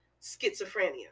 schizophrenia